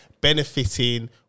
benefiting